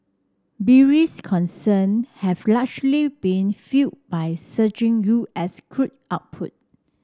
bearish concern have largely been fuelled by surging U S crude output